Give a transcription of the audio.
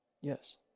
Yes